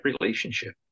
relationship